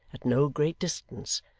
at no great distance,